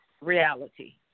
reality